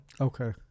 Okay